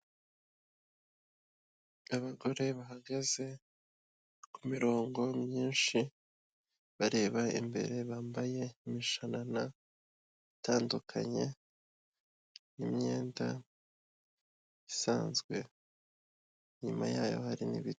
Abagore bahagaze ku mirongo myinshi bareba imbere, bambaye imishanana itandukanye n'imyenda isanzwe. Inyuma yabo hari n'ibiti.